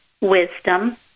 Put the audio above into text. wisdom